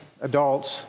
adults